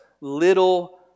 little